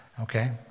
Okay